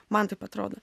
man taip atrodo